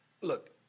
Look